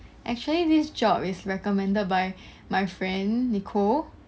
actually this job is recommended by my friend nicole